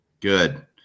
Good